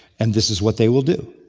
and this is what they will do.